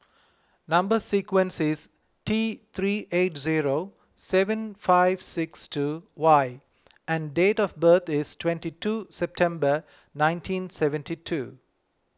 Number Sequence is T three eight zero seven five six two Y and date of birth is twenty two September nineteen seventy two